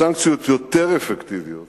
סנקציות יותר אפקטיביות